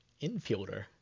infielder